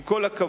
עם כל הכבוד,